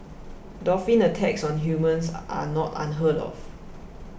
dolphin attacks on humans are not unheard of